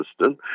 system